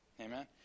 Amen